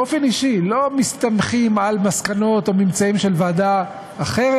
באופן אישי לא מסתמכים על מסקנות או ממצאים של ועדה אחרת,